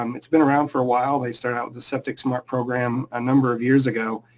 um it's been around for a while. they started out with a septic smart program a number of years ago,